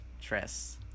tress